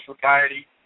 Society